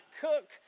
cook